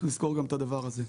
צריך לזכור גם את הדבר הזה.